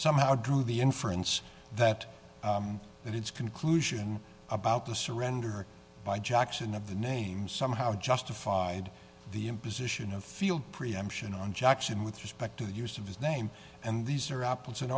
somehow drew the inference that that its conclusion about the surrender by jackson of the name somehow justified the imposition of field preemption on jackson with respect to the use of his name and these are apples and